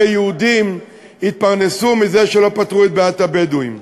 יהודים התפרנסו מזה שלא פתרו את בעיית הבדואים.